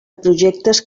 projectes